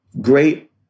great